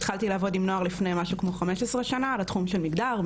התחלתי לעבוד עם נוער לפני משהו כמו חמש עשרה שנה על התחום של מגדר,